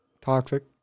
toxic